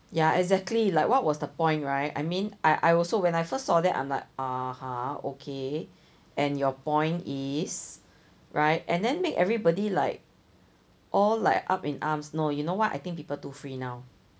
ya exactly like what was the point right I mean I I also when I first saw that I'm like (uh huh) okay and your point is right and then make everybody like all like up in arms no you know what I think people too free now